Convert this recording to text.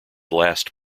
last